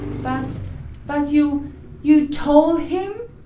but but you you tole him?